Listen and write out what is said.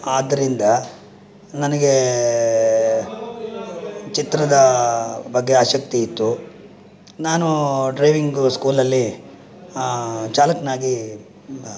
ಆದ್ದರಿಂದ ನನಗೆ ಚಿತ್ರದ ಬಗ್ಗೆ ಆಸಕ್ತಿ ಇತ್ತು ನಾನು ಡ್ರೈವಿಂಗ್ ಸ್ಕೂಲಲ್ಲಿ ಚಾಲಕನಾಗಿ